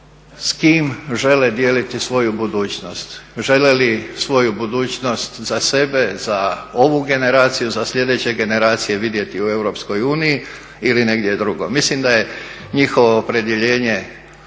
s kim žele dijeliti svoju budućnost. Žele li svoju budućnost za sebe, za ovu generaciju, za sljedeće generacije vidjeti u EU ili negdje drugo? Mislim da je njihovo opredjeljenje